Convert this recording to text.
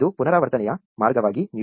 ಇದು ಪುನರಾವರ್ತನೆಯ ಮಾರ್ಗವಾಗಿ ನೀಡುತ್ತದೆ